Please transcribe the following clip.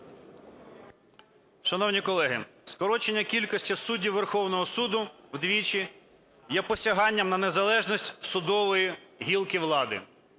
Шановні колеги, скорочення кількості суддів Верховного Суду вдвічі є посяганням на незалежність судової гілки влади.